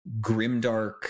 grimdark